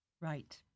Right